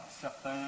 certains